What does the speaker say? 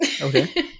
Okay